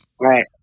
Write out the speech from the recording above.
Right